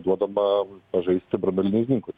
duodama pažaisti branduoliniais ginklais